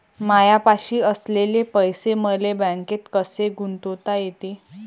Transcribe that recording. मायापाशी असलेले पैसे मले बँकेत कसे गुंतोता येते?